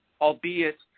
albeit